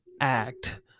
act